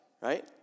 right